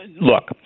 Look